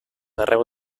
arreu